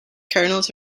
kernels